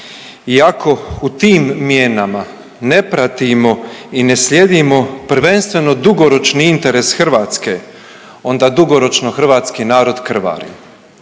jako u tim mijenama ne pratimo i ne slijedimo prvenstveno dugoročni interes Hrvatske, onda dugoročno hrvatski narod krvari.